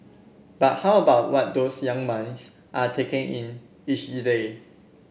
but how about what those young minds are taking in each